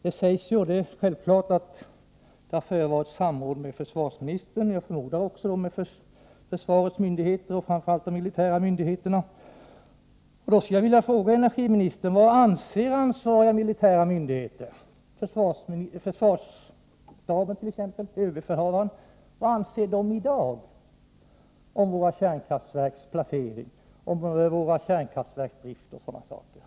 Det sägs i svaret att samråd med försvarsministern har förevarit, och jag förmodar att samråd har skett också med försvarets myndigheter och med framför allt de militära myndigheterna. Jag vill därför fråga energiministern: Vad anser ansvariga militära myndigheter i dag — t.ex. försvarsstaben, överbefälhavaren — om våra kärnkraftverks placering, om deras drift och sådana saker?